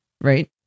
Right